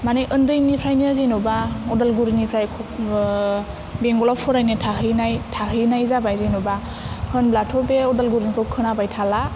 मानि ओन्दैनिफ्रायनो जेन'बा अदालगुरिनिफ्राय बेंगलाव फरायनो थाहैनाय थाहैनाय जाबाय जेन'बा होनब्लाथ' बे अदालगुरिनिखौ खोनाबाय थाला